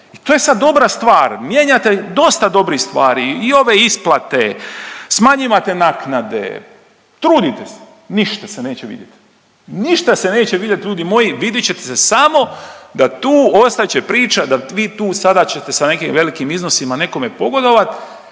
To je sad dobra stvar mijenjate dosta dobrih stvari i ove isplate smanjivate naknade trudite se, ništa se neće vidjet, ništa se neće vidjet ljudi moji, vidit će se samo da tu ostat će priča da vi tu sada ćete sa nekim velikim iznosima nekome pogodovat,